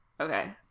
Okay